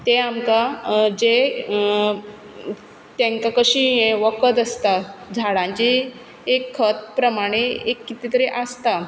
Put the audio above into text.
तें आमकां जें तेंका कशी वखद आसता झाडांची एक खत प्रमाणें एक कितें तरी आसता